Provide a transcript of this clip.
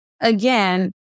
again